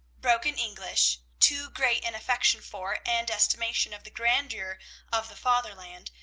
broken english, too great an affection for, and estimation of the grandeur of, the fatherland,